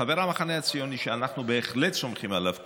חבר המחנה הציוני שאנחנו בהחלט סומכים עליו כולנו,